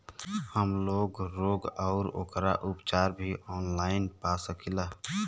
हमलोग रोग अउर ओकर उपचार भी ऑनलाइन पा सकीला?